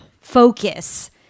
focus